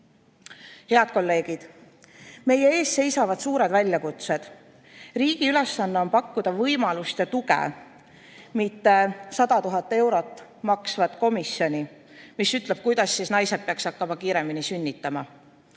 kolleegid! Meie ees seisavad suured väljakutsed. Riigi ülesanne on pakkuda võimalust ja tuge, mitte 100 000 eurot maksvat komisjoni, mis ütleb, kuidas naised peaks hakkama kiiremini sünnitama.